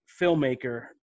filmmaker